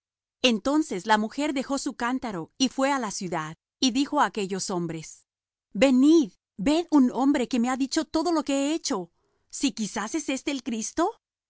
entonces la mujer dejó su cántaro y fué á la ciudad y dijo á aquellos hombres venid ved un hombre que me ha dicho todo lo que he hecho si quizás es éste el cristo